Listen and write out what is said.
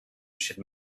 should